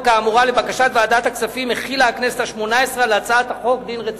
לבקשת ועדת הכספים החילה הכנסת השמונה-עשרה על הצעת החוק דין רציפות.